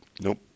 Nope